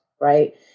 right